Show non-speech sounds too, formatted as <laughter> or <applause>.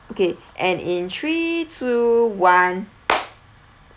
okay and in three two one <noise>